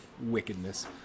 wickedness